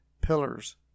pillars